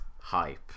hype